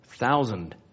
Thousand